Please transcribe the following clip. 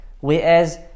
Whereas